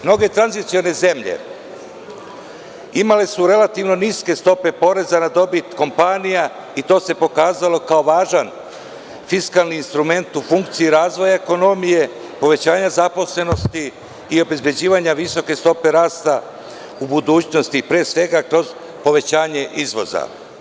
Mnoge tranzicione zemlje imale su relativno niske stope poreza na dobit kompanija i to se pokazalo kao važan fiskalni instrument u funkciji razvoja ekonomije, povećanja zaposlenosti i obezbeđivanje visoke stope rasta u budućnosti, pre svega kroz povećanja izvoza.